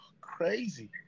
crazy